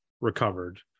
recovered